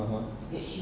(uh huh)